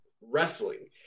wrestling